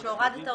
הסעיפים אושרו.